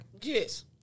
Yes